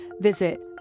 visit